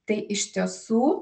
tai iš tiesų